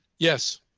yes,